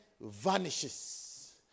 vanishes